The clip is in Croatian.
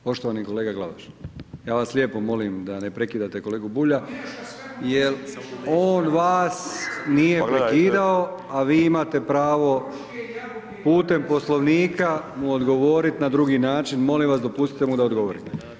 Poštovani kolega Glavaš, ja vas lijepo molim da ne prekidate kolegu Bulja, jer on vas nije prekidao a vi imate pravo putem Poslovnika mu odgovoriti na drugi način, molim vas dopustite mi da odgovori.